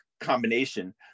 combination